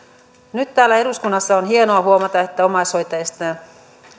nyt täällä eduskunnassa on hienoa huomata että omaishoitajista